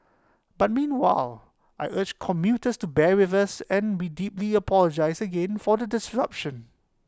but meanwhile I urge commuters to bear with us and we deeply apologise again for the disruption